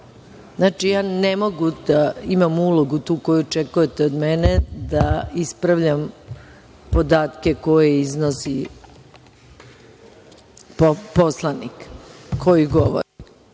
zahvaljujem. Ne mogu da imam ulogu tu koju očekujete od mene, da ispravljam podatke koje iznosi poslanik koji govori.